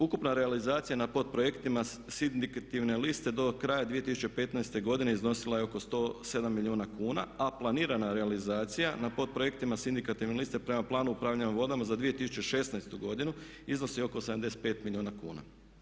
Ukupna realizacija na podprojektima sa indikativne liste do kraja 2015. godine iznosila je oko 107 milijuna kuna, a planirana realizacija na podprojektima sa indikativne liste prema planu upravljanja vodama za 2016. godinu iznosi oko 75 milijuna kuna.